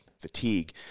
fatigue